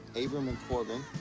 abram, and corbin.